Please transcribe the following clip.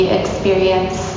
experience